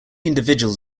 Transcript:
individuals